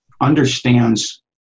understands